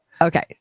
okay